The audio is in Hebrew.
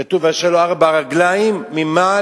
כתוב: אשר לו ארבע רגליים ממעל,